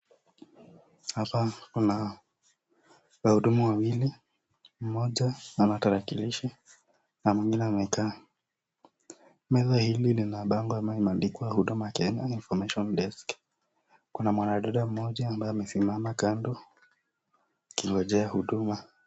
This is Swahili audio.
Sasa kuna wahudumu wawili, mmoja anawakilishi, na mwingine amekaa, methaa hili lina bango imeandikwa huduma kenya information desk kuna mwanadada mmoja ambaye amesimama kando kingojea huduma.